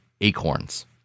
acorns